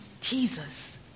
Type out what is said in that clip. Jesus